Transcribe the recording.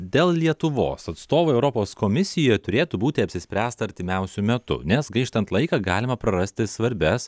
dėl lietuvos atstovų europos komisijoj turėtų būti apsispręsta artimiausiu metu nes gaištant laiką galima prarasti svarbias